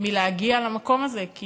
להגיע למקום הזה, כי